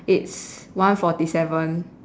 it's one forty seven